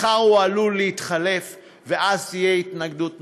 מחר הוא עלול להתחלף ואז תהיה התנגדות נוספת.